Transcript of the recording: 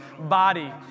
body